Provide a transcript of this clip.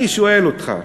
אני שואל אותך,